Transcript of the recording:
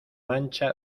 mancha